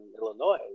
Illinois